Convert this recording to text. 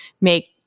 make